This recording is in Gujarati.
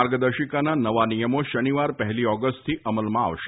માર્ગદર્શિકાના નવા નિયમો શનિવાર પહેલી ઓગસ્ટથી અમલમાં આવશે